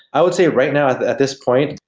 i would say right now at this point,